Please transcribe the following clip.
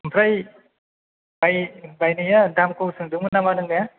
आमफ्राइ बाय बायनाया दामखौ सोंदोंमोन नामा नों ने